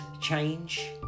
change